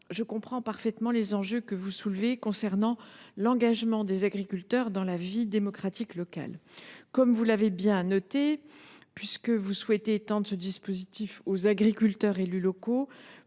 Je comprends parfaitement les enjeux que vous soulevez concernant l’engagement des agriculteurs dans la vie démocratique locale. Comme vous l’avez bien noté, puisque vous souhaitez étendre ce dispositif aux agriculteurs élus locaux,